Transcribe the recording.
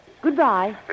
Goodbye